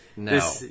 No